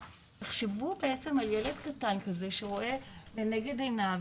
תחשבו בעצם על ילד קטן כזה, שרואה לנגד עיניו